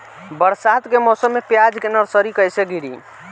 बरसात के मौसम में प्याज के नर्सरी कैसे गिरी?